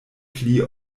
pli